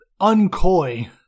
uncoy